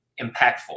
impactful